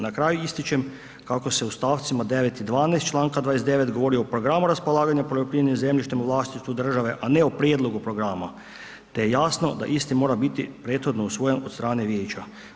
Na kraju ističem kako se u stavcima 9. i 12. čl. 29. govori o programu raspolaganja poljoprivrednim zemljištem u vlasništvu države a ne o prijedlogu programa te je jasno da isti mora biti prethodno usvojen od strane vijeća.